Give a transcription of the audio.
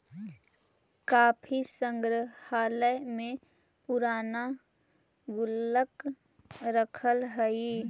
काफी संग्रहालय में पूराना गुल्लक रखल हइ